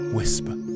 Whisper